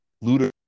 looter